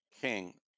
King